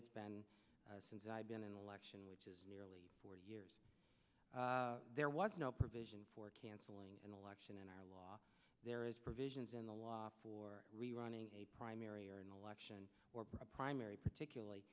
it's been since i've been an election which is nearly four years there was no provision for cancelling an election in our law there is provisions in the law for rerunning a primary or an election our primary particularly